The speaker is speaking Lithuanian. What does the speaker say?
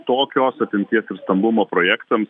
tokios apimties ir stambumo projektams